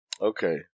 Okay